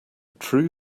true